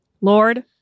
Lord